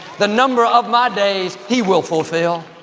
the number of my days he will fulfill.